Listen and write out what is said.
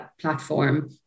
platform